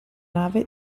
nave